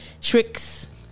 Tricks